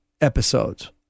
episodes